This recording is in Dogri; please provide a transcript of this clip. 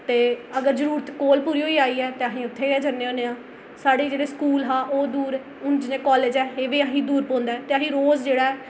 ते अगर जरुरत कोल पूरी होई गेई ऐ ते असें उत्थै गै जन्ने होन्ने आं साढ़ा जेह्ड़ा स्कूल हा ओह् दूर हुन जि'यां कालेज ऐ एह् बी असें ई दूर पौंदा ऐ ते असें ई रोज जेह्ड़ा ऐ